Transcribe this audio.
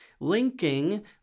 linking